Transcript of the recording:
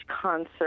concert